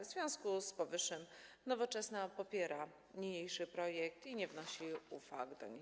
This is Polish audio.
W związku z powyższym Nowoczesna popiera niniejszy projekt i nie wnosi do niego uwag.